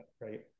right